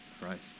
Christ